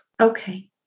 Okay